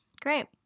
great